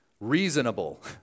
reasonable